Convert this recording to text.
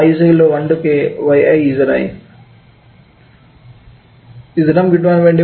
Zm കിട്ടുവാൻ വേണ്ടി